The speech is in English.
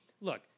Look